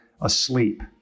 asleep